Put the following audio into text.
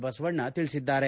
ಬಸವಣ್ಣ ತಿಳಿಸಿದ್ದಾರೆ